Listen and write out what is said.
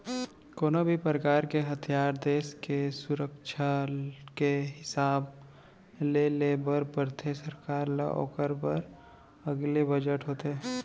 कोनो भी परकार के हथियार देस के सुरक्छा के हिसाब ले ले बर परथे सरकार ल ओखर बर अलगे बजट होथे